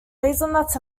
hazelnuts